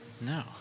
No